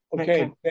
Okay